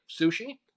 sushi